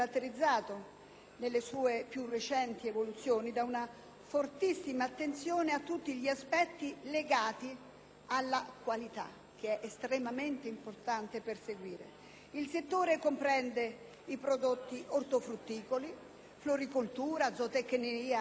nelle sue più recenti evoluzioni, da una fortissima attenzione a tutti gli aspetti legati alla qualità, che è estremamente importante perseguire. II settore comprende i prodotti ortofrutticoli, floricoltura, zootecnia e pesca,